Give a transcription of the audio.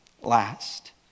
last